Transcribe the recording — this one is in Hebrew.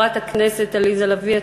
חברת הכנסת עליזה לביא,